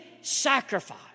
sacrifice